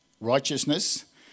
righteousness